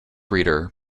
reader